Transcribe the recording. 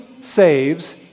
saves